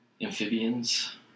amphibians